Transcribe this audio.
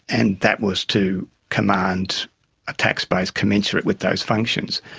and that was to command a tax base commensurate with those functions.